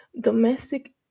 domestic